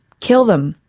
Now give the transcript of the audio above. kill them!